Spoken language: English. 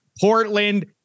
Portland